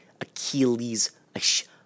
achilles